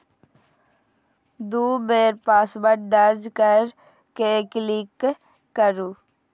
दू बेर पासवर्ड दर्ज कैर के क्लिक करू